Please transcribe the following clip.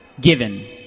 given